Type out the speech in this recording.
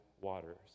waters